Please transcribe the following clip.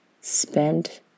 spend